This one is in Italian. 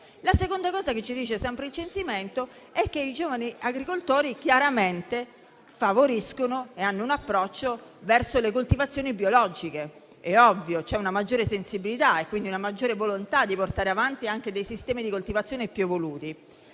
La seconda cosa che ci dice sempre il censimento è che i giovani agricoltori chiaramente favoriscono le coltivazioni biologiche. È ovvio, c'è una maggiore sensibilità e quindi una maggiore volontà di portare avanti dei sistemi di coltivazione più evoluti.